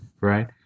right